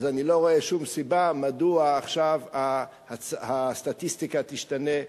אז אני לא רואה שום סיבה מדוע עכשיו הסטטיסטיקה תשתנה,